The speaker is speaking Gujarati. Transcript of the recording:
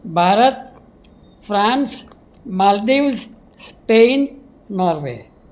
Bharat France Maldives Spain Norway